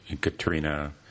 Katrina